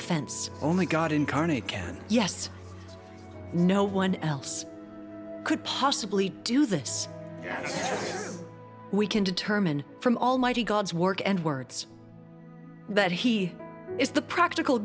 offense only god incarnate can yes no one else could possibly do this yet we can determine from almighty god's work and words but he is the practical